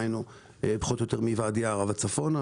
פחות או יותר מוואדי ערה וצפונה,